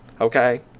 okay